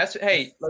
Hey